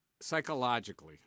psychologically